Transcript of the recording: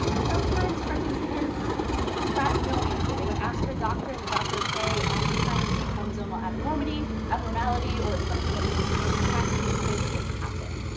sometimes participants got no answer. they would ask their doctor and the doctor would say, oftentimes it's a chromosomal abnormity, abnormality, or it's something that we just can't detect, and these things just happen.